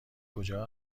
کجا